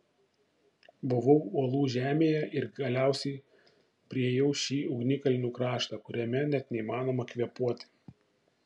buvau uolų žemėje ir galiausiai priėjau šį ugnikalnių kraštą kuriame net neįmanoma kvėpuoti